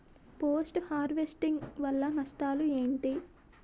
Post harvesting వల్ల నష్టాలు ఏంటి?